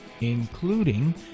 including